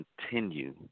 continue